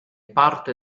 parte